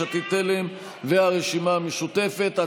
יש עתיד-תל"ם והרשימה המשותפת.